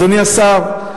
אדוני השר,